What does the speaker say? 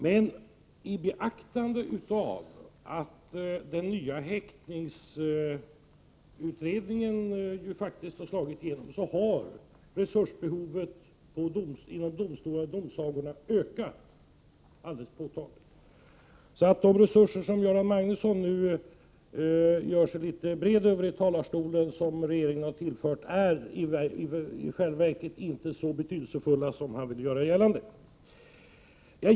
Med beaktande av att den nya häktningsordningen faktiskt slagit igenom har resursbehovet inom domstolarna och domsagorna ökat alldeles påtagligt. Så de resurser som regeringen har tillfört och som Göran Magnusson utbredde sig över från talarstolen är i själva verket inte så betydelsefulla som han vill göra gällande.